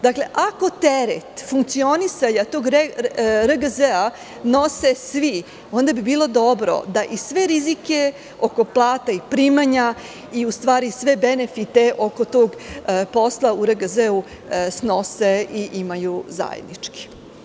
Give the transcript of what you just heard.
Dakle, ako teret funkcionisanja tog RGZ nose svi, onda bi bilo dobro da i sve rizike oko plata i primanja i u stvari sve benefite oko tog posla u RGZ snose i imaju zajednički.